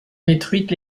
détruites